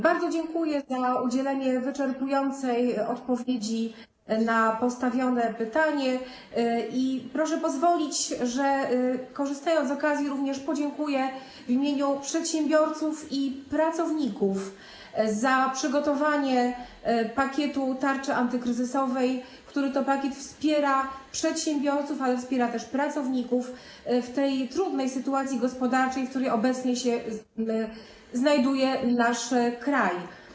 Bardzo dziękuję za udzielenie wyczerpującej odpowiedzi na postawione pytanie i proszę pozwolić, że korzystając z okazji, również podziękuję w imieniu przedsiębiorców i pracowników za przygotowanie pakietu tarczy antykryzysowej, który to pakiet wspiera przedsiębiorców, ale wspiera też pracowników w tej trudnej sytuacji gospodarczej, w której obecnie się znajduje nasz kraj.